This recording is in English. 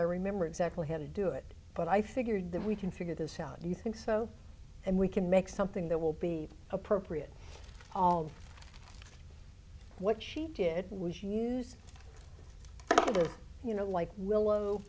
i remember exactly how to do it but i figured that we can figure this out do you think so and we can make something that will be appropriate all of what she did was use of the you know like willow